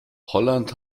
holland